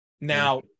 Now